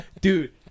dude